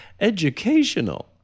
educational